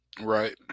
Right